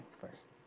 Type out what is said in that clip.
first